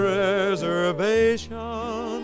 reservation